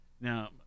now